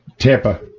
Tampa